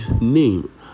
name